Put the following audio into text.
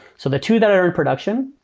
so the two that are in production,